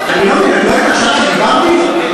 אחר כך למבקשי מקלט.